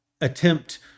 attempt